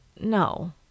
No